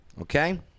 okay